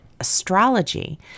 astrology